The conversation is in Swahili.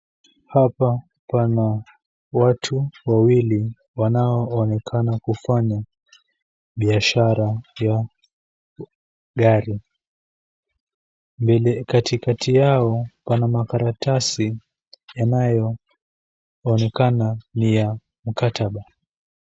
Hapa pana watu wawili wanaoonekana kufanya bihashara ya gari katikati yao pana makaratasi yanayoonekana ni ya mkataba.